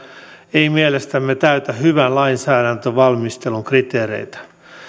ei mielestämme täytä hyvän lainsäädäntövalmistelun kriteereitä